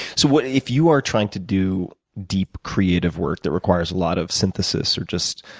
so but if you are trying to do deep creative work that requires a lot of synthesis, or just